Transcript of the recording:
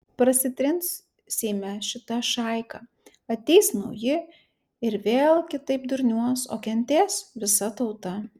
prasitrins seime šita šaika ateis nauji ir vėl kitaip durniuos o kentės visa tauta